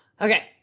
Okay